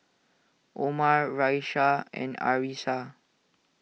Omar Raisya and Arissa